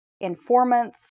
informants